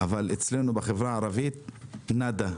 אבל אצלנו בחברה הערבית נאדה.